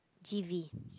g_v